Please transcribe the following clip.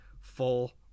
full